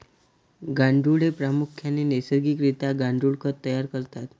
गांडुळे प्रामुख्याने नैसर्गिक रित्या गांडुळ खत तयार करतात